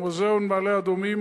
המוזיאון במעלה-אדומים,